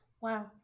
Wow